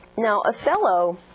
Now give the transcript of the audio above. now othello